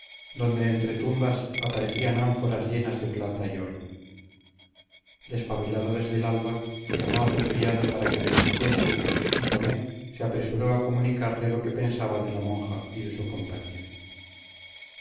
donde entre tumbas aparecían ánforas llenas de plata y oro despabilado desde el alba llamó a su criado para que le vistiera y tomé se apresuró a comunicarle lo que pensaba de la monja y de su compañía